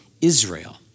Israel